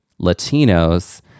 Latinos